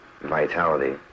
vitality